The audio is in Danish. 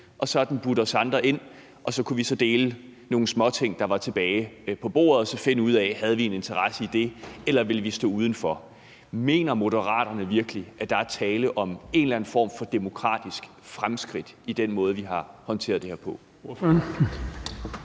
og så har den så budt os andre ind, og så har vi kunnet dele nogle af de småting, der var tilbage på bordet, og så finde ud af, om vi havde en interesse i det, eller om vi ville stå udenfor. Mener Moderaterne virkelig, at der er tale om en eller anden form for demokratisk fremskridt i den måde, vi har håndteret det her på?